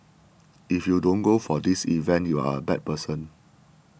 if you don't go for this event you are a bad person